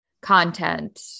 content